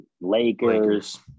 Lakers